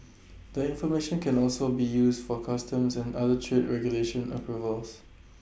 the information can also be used for customs and other trade regulatory approvals